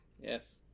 Yes